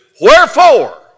Wherefore